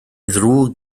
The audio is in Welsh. ddrwg